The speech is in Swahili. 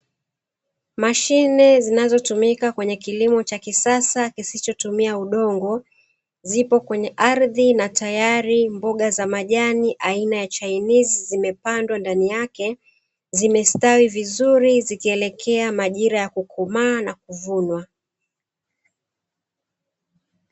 Mashine zinazotumika kwenye kilimo cha kisasa kisichotumia udongo, zipo kwenye ardhi na tayari mboga za majani aina ya chainizi zimepandwa ndani yake, zimestawi vizuri zikielekea majira ya kukomaa na kuvunwa.